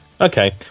Okay